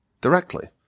directly